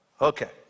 Okay